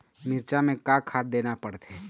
मिरचा मे का खाद देना पड़थे?